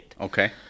Okay